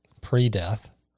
pre-death